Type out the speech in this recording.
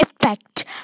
effect